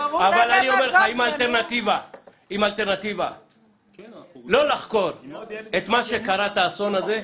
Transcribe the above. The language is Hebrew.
אבל אם האלטרנטיבה היא לא לחקור את האסון הזה,